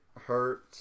hurt